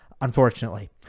Unfortunately